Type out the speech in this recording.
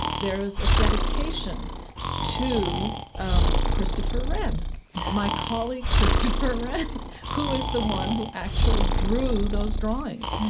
there is a dedication to um christopher wren my colleague, christopher wren who is the one who actually drew those drawings.